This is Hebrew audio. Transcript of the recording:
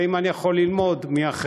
ואם אני יכול ללמוד מאחרים,